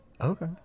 Okay